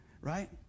right